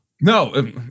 No